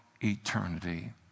eternity